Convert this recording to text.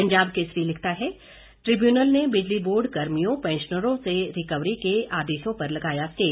पंजाब केसरी लिखता है ट्रिब्यूनल ने बिजली बोर्ड कर्मियों पैंशनरों से रिकवरी के आदेशों पर लगाया स्टे